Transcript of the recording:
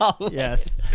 Yes